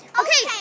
okay